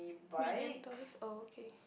Minion toys oh okay